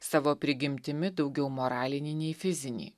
savo prigimtimi daugiau moralinį nei fizinį